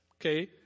Okay